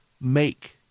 make